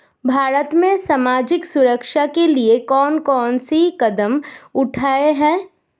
भारत में सामाजिक सुरक्षा के लिए कौन कौन से कदम उठाये हैं?